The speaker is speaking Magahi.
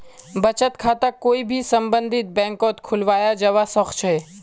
बचत खाताक कोई भी सम्बन्धित बैंकत खुलवाया जवा सक छे